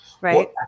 Right